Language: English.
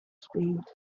speed